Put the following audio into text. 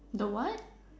the what